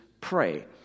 Pray